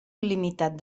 il·limitat